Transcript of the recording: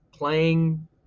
playing